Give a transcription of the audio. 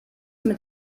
mit